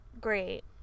great